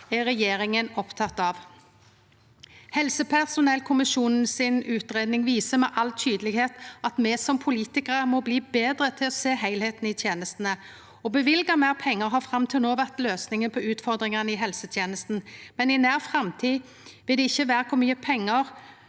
er regjeringa oppteken av. Helsepersonellkommisjonen si utgreiing viser med all tydelegheit at me som politikarar må bli betre til å sjå heilskapen i tenestene. Å løyve meir pengar har fram til no vore løysinga på utfordringane i helsetenesta, men i nær framtid vil det ikkje vere kor mykje pengar